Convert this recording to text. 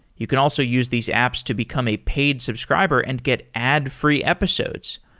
you can also use these apps to become a paid subscriber and get ad-free episodes.